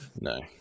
no